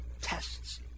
Tests